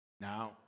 Now